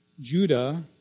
Judah